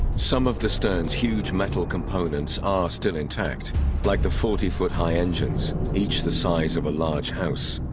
some of the stern's huge metal components are still intact like the forty foot high engines each the size of a large house.